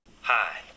Hi